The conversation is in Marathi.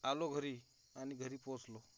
आलो घरी आणि घरी पोचलो